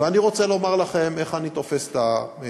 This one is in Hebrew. ואני רוצה לומר לכם איך אני תופס את הדברים.